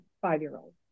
five-year-old